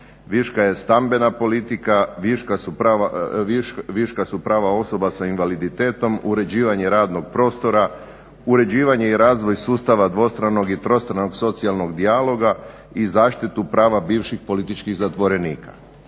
Viška je stambena politika, viška su prava osoba sa invaliditetom, uređivanja radnog prostora, uređivanje i razvoj sustava dvostranog i trostranog socijalnog dijaloga i zaštitu prava bivših političkih zatvorenika.